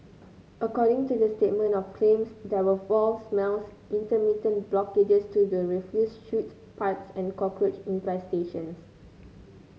according to the statement of claims there were foul smells intermittent blockages to the refuse chute pipes and cockroach infestations